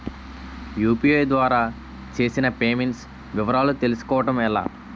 UPI ద్వారా చేసిన payments వివరాలు తెలుసుకోవటం ఎలా?